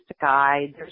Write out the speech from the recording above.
guide